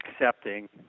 accepting